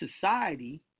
society